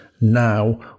now